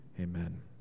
Amen